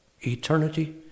eternity